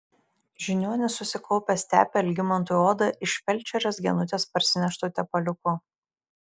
žiniuonis susikaupęs tepė algimantui odą iš felčerės genutės parsineštu tepaliuku